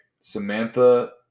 Samantha